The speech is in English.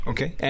Okay